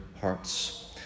hearts